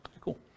Cool